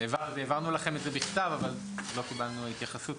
העברנו לכם את זה בכתב אבל לא קיבלנו התייחסות.